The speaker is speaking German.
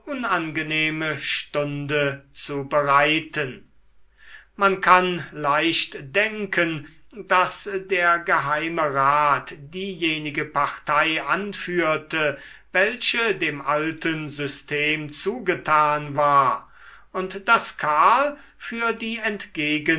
unangenehme stunde zu bereiten man kann leicht denken daß der geheimerat diejenige partei anführte welche dem alten system zugetan war und daß karl für die